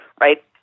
right